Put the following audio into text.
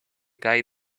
guy